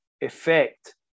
effect